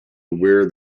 aware